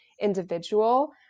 individual